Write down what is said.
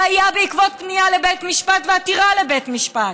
זה היה בעקבות פנייה לבית משפט ועתירה לבית משפט,